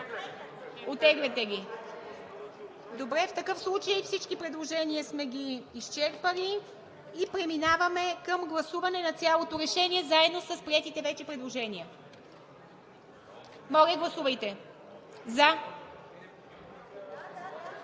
ИВА МИТЕВА: Добре. В такъв случай всички предложения сме ги изчерпали. Преминаваме към гласуване на цялото решение заедно с приетите вече предложения. Моля, гласувайте!